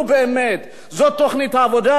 נו, באמת, זאת תוכנית העבודה?